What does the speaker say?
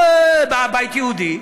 ובה הבית היהודי,